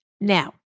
Now